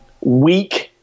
weak